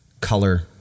color